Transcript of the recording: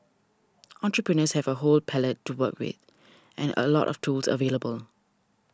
entrepreneurs have a whole palette to work with and a lot of tools available